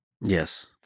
Yes